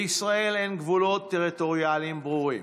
לישראל אין גבולות טריטוריאליים ברורים,